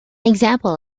example